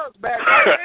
back